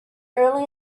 early